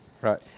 Right